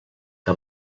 que